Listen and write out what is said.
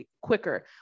quicker